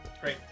great